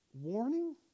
warning